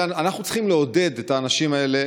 אנחנו צריכים לעודד את האנשים האלה,